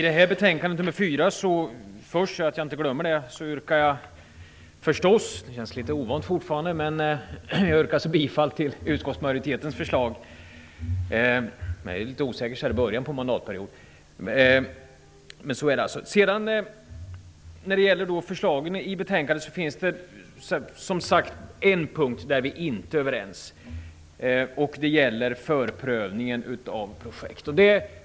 Herr talman! För att jag inte skall glömma det vill jag först yrka bifall utskottsmajoritetens förslag - jag är litet osäker så här i början av mandatperioden. När det gäller förslagen i betänkandet är det en punkt där vi inte är överens. Det gäller förprövningen av projektet.